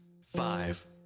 five